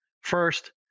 First